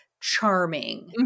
charming